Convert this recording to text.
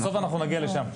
בסוף אנחנו נגיע לשם.